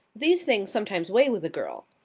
these things sometimes weigh with a girl.